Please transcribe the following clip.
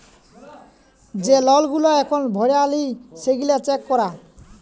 যে লল গুলা এখল ভরা হ্যয় লি সেগলা চ্যাক করা